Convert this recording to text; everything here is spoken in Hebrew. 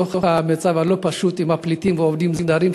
שבתוך המצב הלא-פשוט עם הפליטים והעובדים הזרים,